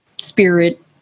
spirit